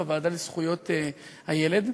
בוועדה לזכויות הילד.